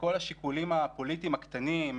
מכל השיקולים הפוליטיים הקטנים,